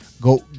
go